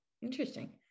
interesting